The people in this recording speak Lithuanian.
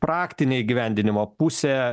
praktinė įgyvendinimo pusė